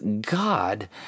God